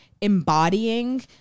embodying